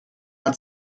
hat